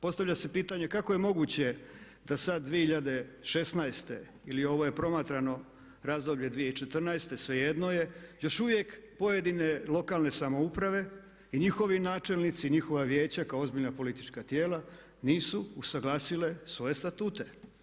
Postavlja se pitanje kako je moguće da sad 2016. ili ovo je promatrano razdoblje 2014. svejedno je, još uvijek pojedine lokalne samouprave i njihovi načelnici, njihova vijeća kao ozbiljna politička tijela nisu usaglasile svoje Statute.